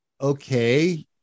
okay